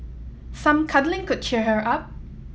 some cuddling could cheer her up